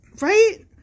Right